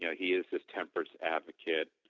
yeah he is this temperance advocate,